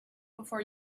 before